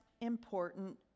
important